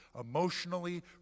emotionally